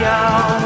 out